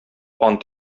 ант